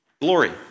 glory